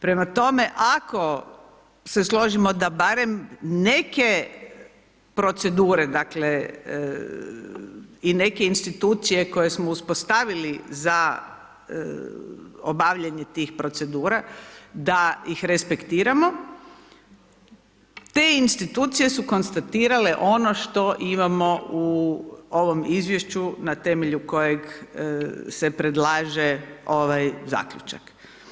Prema tome, ako se složimo da barem neke procedure, dakle, i neke insinuacije koje smo uspostavili za obavljanje tih procedura da ih respektiramo, te institucije su konstatirale ono što imamo u ovom izvješću na temelju kojeg se predlaže ovaj zaključak.